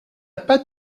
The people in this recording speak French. pas